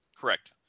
Correct